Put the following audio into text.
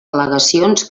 al·legacions